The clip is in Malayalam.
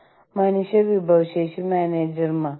സംസ്കാരങ്ങളുടെ ഏകീകൃതവൽക്കരണം